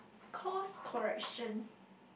course correction